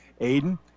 Aiden